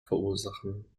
verursachen